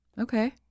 Okay